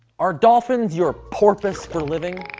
are dolphins your porpoise for living?